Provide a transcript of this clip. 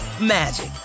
magic